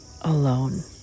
alone